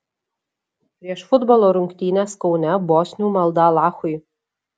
prieš futbolo rungtynes kaune bosnių malda alachui